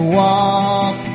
walk